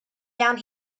down